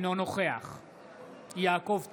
אינו נוכח יעקב טסלר,